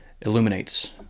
illuminates